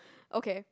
okay